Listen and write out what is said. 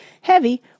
Heavy